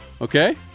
Okay